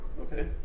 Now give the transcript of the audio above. okay